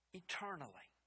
eternally